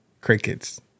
Crickets